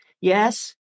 Yes